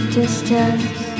distance